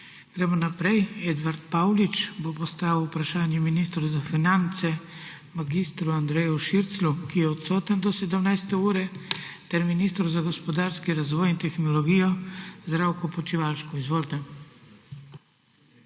Gremo naprej. Edvard Paulič bo predstavil vprašanje ministru za finance mag. Andreju Širclju, ki je odstoten do 17. ure, ter ministru za gospodarski razvoj in tehnologijo Zdravku Počivalšku. Izvolite.